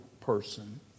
person